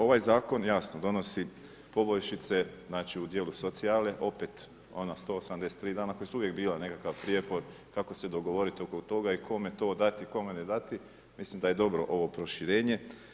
Ovaj zakon jasno donosi poboljšice u djelu socijale, opet ono 183 dana koja su uvijek bila nekakav prijepor kako se dogovoriti oko toga i kome to dati, kome ne dati, mislim da je dobro ovo proširenje.